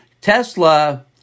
Tesla